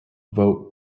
vote